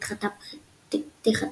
נדחתה פתיחתה.